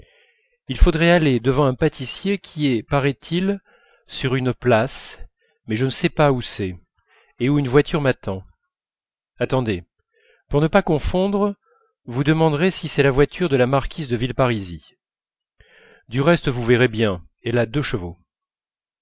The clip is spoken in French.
il faudrait aller devant un pâtissier qui est paraît-il sur une place mais je ne sais pas où c'est et où une voiture m'attend attendez pour ne pas confondre vous demanderez si c'est la voiture de la marquise de villeparisis du reste vous verrez bien elle a deux chevaux